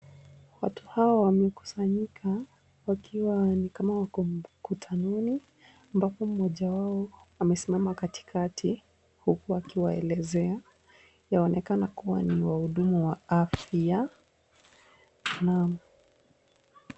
Watu hawa wamekusanyika ni kama wako mkutanoni ambapo mmoja wao amesimama katikati huku akiwaelezea, yaonekana kuwa ni wahudumu wa afya .